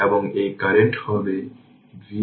এবং এই কারেন্ট হবে V0 বাই 6